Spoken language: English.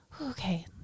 okay